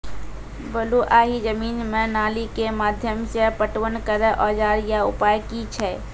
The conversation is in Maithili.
बलूआही जमीन मे नाली के माध्यम से पटवन करै औजार या उपाय की छै?